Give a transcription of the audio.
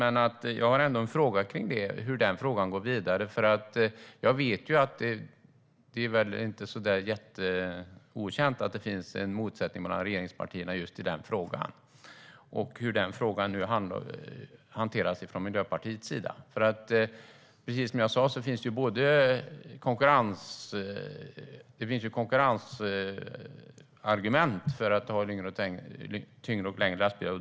Men jag undrar hur den frågan går vidare, för det är inte helt okänt att det finns en motsättning mellan regeringspartierna just i den frågan och hur den nu hanteras från Miljöpartiets sida. Precis som jag sa finns det konkurrensargument för att ha längre och tyngre lastbilar.